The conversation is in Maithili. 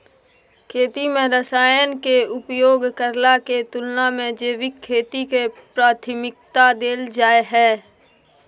खेती में रसायन के उपयोग करला के तुलना में जैविक खेती के प्राथमिकता दैल जाय हय